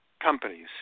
companies